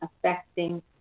affecting